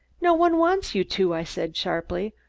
no one wants you to, i said sharply.